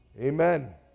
Amen